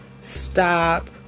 stop